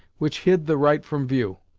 which hid the right from view,